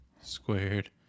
squared